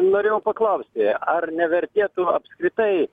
norėjau paklausti ar nevertėtų apskritai